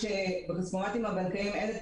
מכיוון שאין בהם...